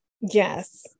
Yes